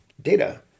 data